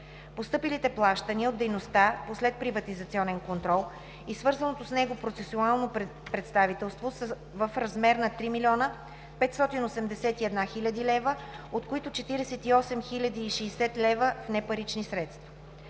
Постъпилите плащания от дейността по следприватизационен контрол и свързаното с него процесуално представителство са в размер на 3 581 хил. лв, от които 48,6 хил. лв. в непарични средства.